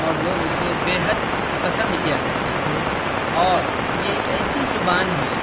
اور لوگ اسے بےحد پسند کیا کرتے تھے اور یہ ایک ایسی زبان ہے